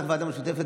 צריך ועדה משותפת,